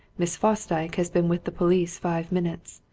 miss fosdyke has been with the police five minutes.